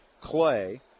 clay